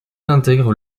intègre